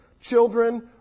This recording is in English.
children